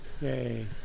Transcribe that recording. Yay